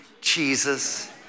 Jesus